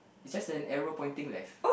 is just an arrow pointing left